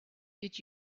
did